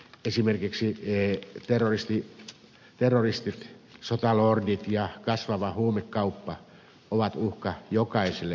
esimerkiksi terroristit sotalordit ja kasvava huumekauppa ovat uhka jokaiselle yhteiskunnalle